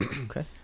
Okay